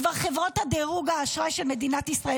כבר חברות דירוג האשראי של מדינת ישראל